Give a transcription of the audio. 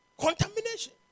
Contamination